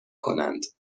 کنند